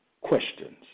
questions